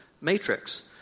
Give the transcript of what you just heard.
matrix